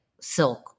silk